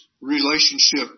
relationship